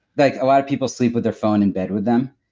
like a lot of people sleep with their phone in bed with them.